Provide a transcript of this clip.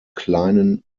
kleinen